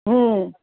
હમ્મ